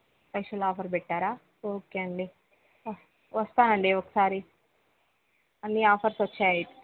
special offer పెట్టారా okay అండి వ వస్తానండి ఒకసారి అన్నీ ఆఫర్స్ వచ్చాయి